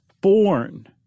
born